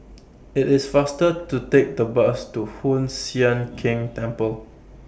IT IS faster to Take The Bus to Hoon Sian Keng Temple